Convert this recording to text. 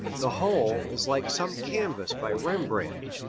the whole is like some canvas by rembrandt,